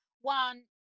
One